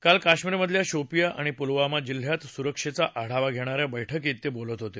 काल कश्मीरमधल्या शोपीया आणि पुलवामा जिल्ह्यात सुरक्षेचा आढावा घेणाऱ्या बैठकीत ते बोलत होते